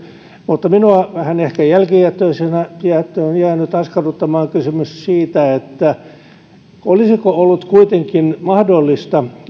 mutta minua ehkä vähän jälkijättöisesti on jäänyt askarruttamaan kysymys siitä olisiko ollut kuitenkin mahdollista